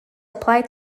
apply